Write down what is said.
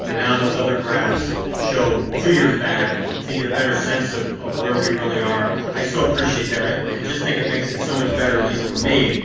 you know now those other graphs show two years back so you get a better sense of of where we really are. i so appreciate that. i just think it makes it so much better, at least for me,